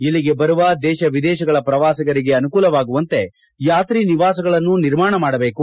ಇಲ್ಲಿಗೆ ಬರುವ ದೇಶವಿದೇಶಗಳ ಪ್ರವಾಸಿಗರಿಗೆ ಅನುಕೂವಾಗುವಂತೆ ಯಾತ್ರಿ ನಿವಾಸಗಳನ್ನು ನಿರ್ಮಾಣ ಮಾಡಬೇಕು